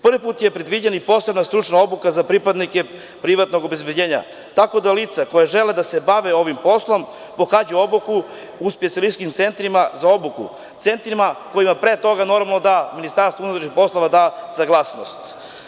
Prvi put je predviđena i posebna stručna obuka za pripadnike privatnog obezbeđenja, tako da lica koja žele da se bave ovim poslom pohađaju obuku u specijalističkim centrima za obuku, centrima kojima pre toga normalno da Ministarstvo unutrašnjih poslova da saglasnost.